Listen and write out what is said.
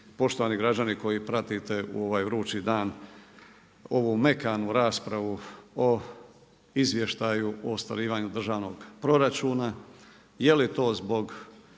poštovani građani koji pratite u ovaj vrući dan ovu mekanu raspravu o Izvještaju o ostvarivanju državnog proračun. Je li to zbog